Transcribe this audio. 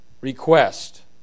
request